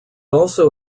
also